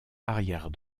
arrière